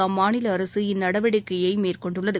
அம்மாநில அரசு இந்நடவடிக்கையை மேற்கொண்டுள்ளது